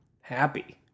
happy